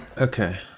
Okay